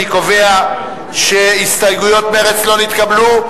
אני קובע שהסתייגויות מרצ לא נתקבלו,